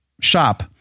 shop